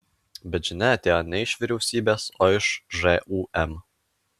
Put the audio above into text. bet žinia atėjo ne iš vyriausybės o iš žūm